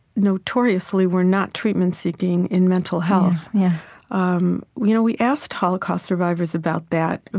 notoriously, were not treatment-seeking in mental health yeah um you know we asked holocaust survivors about that.